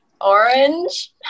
Orange